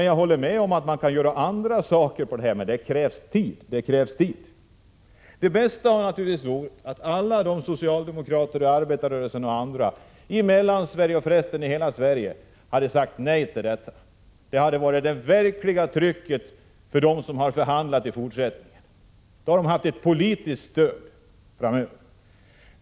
Jag håller med om att man kan göra andra saker, men för det krävs tid. Det bästa hade naturligtvis varit att alla socialdemokrater, hela arbetarrörelsen och andra i Mellansverige, ja, förresten i hela Sverige, hade sagt nej till det här förslaget. Därmed hade man fått ett verkligt tryck inför de fortsatta förhandlingarna. Då hade man haft ett politiskt stöd framöver.